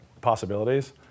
possibilities